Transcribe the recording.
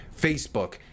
Facebook